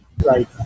Right